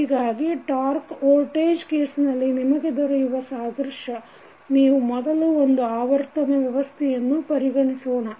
ಹೀಗಾಗಿ torque voltage ಕೇಸ್ನಲ್ಲಿ ನಿಮಗೆ ದೊರೆಯುವ ಸಾದೃಶ್ಯ ನೀವು ಮೊದಲು ಒಂದು ಆವರ್ತನ ವ್ಯವಸ್ಥೆಯನ್ನು ಪರಿಗಣಿಸೋಣ